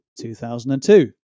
2002